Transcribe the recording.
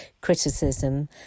criticism